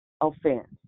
offense